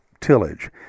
tillage